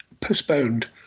postponed